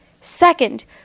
Second